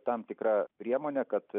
tam tikra priemone kad